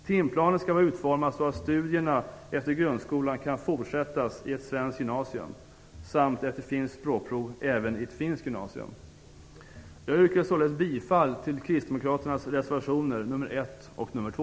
Timplanen skall vara utformad så att studierna efter grundskolan kan fortsättas i ett svenskt gymnasium samt, efter finskt språkprov, även i ett finskt gymnasium. Jag yrkar således bifall till Kristdemokraternas reservationer nr 1 och nr 2.